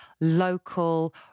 local